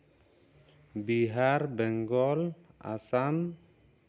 Bihar Bengal Assam